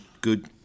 good